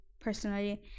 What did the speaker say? personally